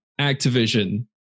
Activision